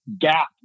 gap